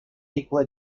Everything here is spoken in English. equal